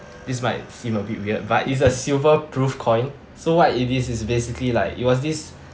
this might seem a bit weird but it's a silver proof coin so what it is it's basically like it was this